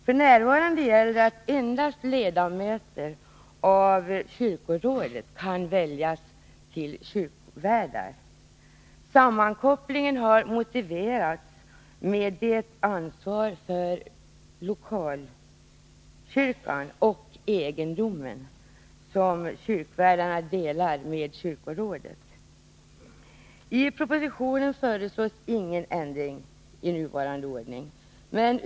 F. n. gäller att endast ledamöter av kyrkorå det kan väljas till kyrkvärdar. Sammankopplingen har motiverats med det ansvar för lokalkyrkan och dess egendom som kyrkvärdarna delar med kyrkorådet. I propositionen föreslås ingen ändring i nuvarande ordning.